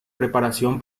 preparación